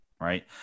Right